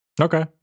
Okay